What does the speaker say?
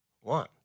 One